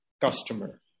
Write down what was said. customer